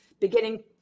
beginning